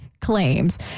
claims